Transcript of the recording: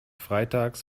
freitags